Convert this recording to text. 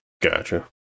Gotcha